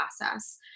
process